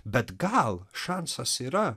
bet gal šansas yra